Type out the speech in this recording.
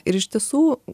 ir iš tiesų